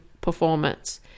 performance